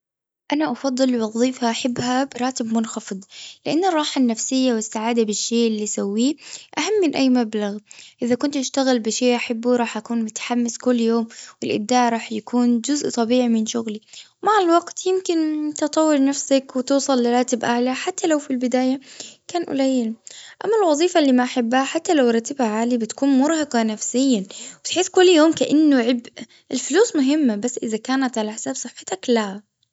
انا أفضل الوظيفة أحبها براتب منخفض. لأن الراحة النفسية والسعادة بالشيء اللي يسويه. أهم من أي مبلغ. إذا كنت تشتغل بشيء احبه راح أكون متحمس كل يوم. والأبداع راح يكون جزء طبيعي من شغلي. مع الوقت يمكن تطور نفسك وتوصل لراتب أعلي حتى لو في البداية كان قليل. أما الوظيفة اللي ما أحبها حتى لو راتبها عالي بتكون مرهقة نفسيا. تحس كل يوم كأنه عبء. الفلوس مهمة بس إذا كانت علي حساب صحتك لا.